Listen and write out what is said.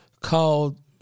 called